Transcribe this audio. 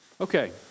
Okay